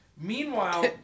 Meanwhile